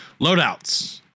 loadouts